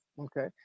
Okay